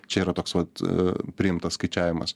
čia yra toks vat priimtas skaičiavimas